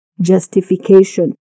justification